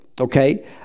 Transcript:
okay